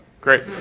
Great